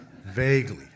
vaguely